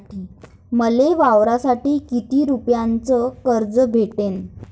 मले वावरासाठी किती रुपयापर्यंत कर्ज भेटन?